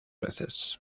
veces